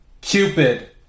Cupid